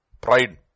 Pride